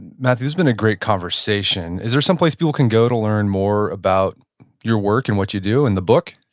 matthew, this has been a great conversation. is there someplace people can go to learn more about your work and what you do and the book?